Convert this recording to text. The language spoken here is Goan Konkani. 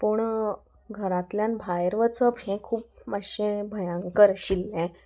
पूण घरांतल्यान भायर वचप हें खूब मातशें भयांकर आशिल्लें